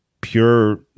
pure